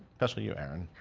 especially you, erin.